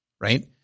right